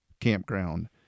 campground